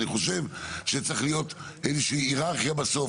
אני חושב שצריכה להיות איזושהי היררכיה בסוף,